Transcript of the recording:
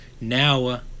now